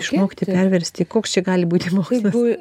išmokti perversti i koks čia gali būti mokslas